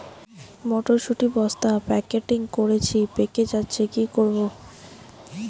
মটর শুটি বস্তা প্যাকেটিং করেছি পেকে যাচ্ছে কি করব?